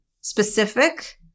specific